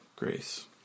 Grace